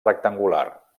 rectangular